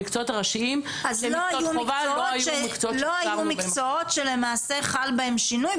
המקצועות הראשיים --- לא היו מקצועות שלמעשה חל בהם שינוי,